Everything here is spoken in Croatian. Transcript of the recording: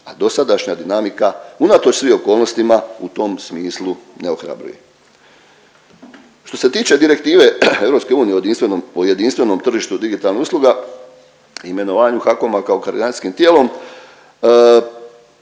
a dosadašnja dinamika unatoč svim okolnostima u tom smislu ne ohrabruje. Što se tiče Direktive EU o jedinstvenom tržištu digitalnih usluga i imenovanju HAKOM-a koordinacijskim tijelom